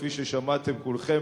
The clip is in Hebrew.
כפי ששמעתם כולכם,